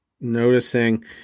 noticing